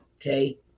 okay